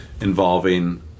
involving